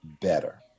better